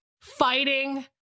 fighting